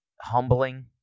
humbling